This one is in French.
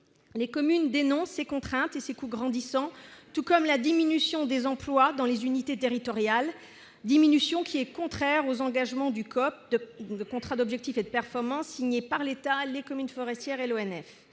Les communes dénoncent ces contraintes et ces coûts grandissants, tout comme la diminution des emplois dans les unités territoriales, diminution qui est contraire aux engagements figurant dans le contrat d'objectifs et de performance, ce COP signé par l'État, les communes forestières et l'ONF.